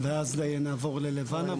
ואז נעבור ללבנה.